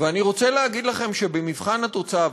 ואני רוצה להגיד לכם שבמבחן התוצאה,